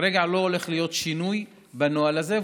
כרגע לא הולך להיות שינוי בנוהל הזה,